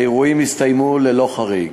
האירועים הסתיימו ללא חריג.